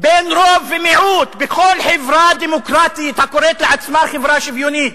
בין רוב ומיעוט בכל חברה דמוקרטית הקוראת לעצמה חברה שוויונית.